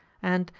and,